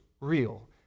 real